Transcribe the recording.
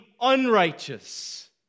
unrighteous